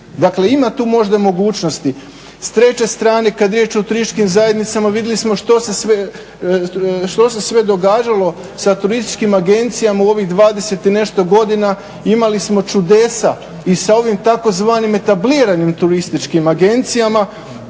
Dakle ima tu možda mogućnosti. S treće strane, kad je riječ o turističkim zajednicama, vidli smo što se sve događalo sa turističkim agencijama u ovih 20 i nešto godina imali smo čudesa i s ovim tako zvanim etabliranim turističkim agencijama,